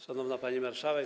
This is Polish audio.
Szanowna Pani Marszałek!